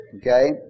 okay